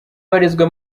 ubarizwa